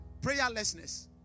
prayerlessness